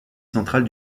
centrale